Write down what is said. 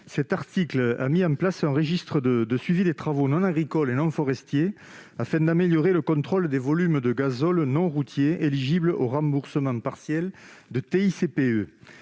Ledit article a mis en place un registre de suivi des travaux non agricoles et non forestiers, afin d'améliorer le contrôle des volumes de gazole non routier éligibles au remboursement partiel de TICPE.